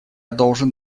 должен